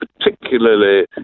particularly